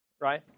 right